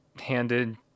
handed